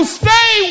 stay